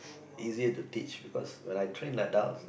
easier to teach because when I train adults